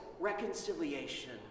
reconciliation